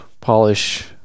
polish